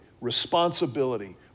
responsibility